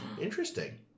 Interesting